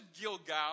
Gilgal